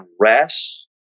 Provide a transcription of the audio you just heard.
rest